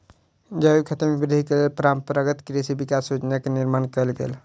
जैविक खेती में वृद्धिक लेल परंपरागत कृषि विकास योजना के निर्माण कयल गेल